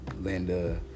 Linda